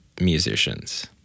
musicians